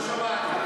לא שמעתי.